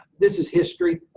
this is history.